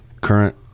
current –